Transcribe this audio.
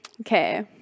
Okay